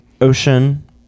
Ocean